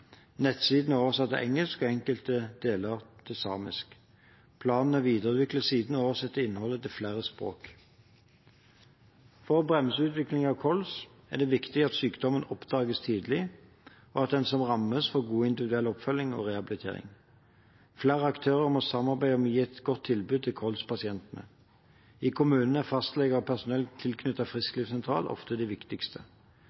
Nettsiden er oversatt til engelsk og enkelte deler til samisk. Planen er å videreutvikle siden og oversette innholdet til flere språk. For å bremse utviklingen av kols er det viktig at sykdommen oppdages tidlig, og at den som rammes, får god individuell oppfølging og rehabilitering. Flere aktører må samarbeide om å gi et godt tilbud til kols-pasientene. I kommunen er fastleger og personell